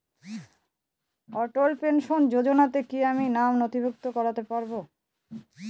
অটল pension যোজনাতে কি আমি নাম নথিভুক্ত করতে পারবো?